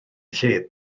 lled